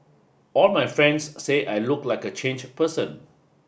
all my friends say I look like a changed person